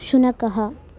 शुनकः